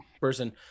person